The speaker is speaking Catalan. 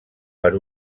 per